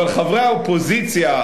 אבל חברי האופוזיציה,